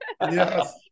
Yes